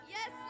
Yes